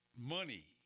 money